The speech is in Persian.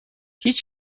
هیچ